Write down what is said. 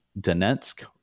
donetsk